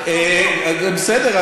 אז בסדר,